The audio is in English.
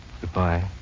Goodbye